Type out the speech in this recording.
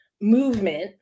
movement